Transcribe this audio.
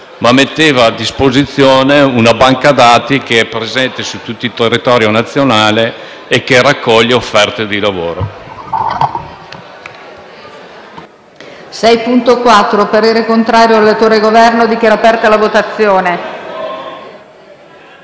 ma mette a disposizione una banca dati presente su tutto il territorio nazionale che raccoglie offerte di lavoro.